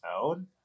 own